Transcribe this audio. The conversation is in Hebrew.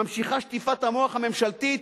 ממשיכה שטיפת המוח הממשלתית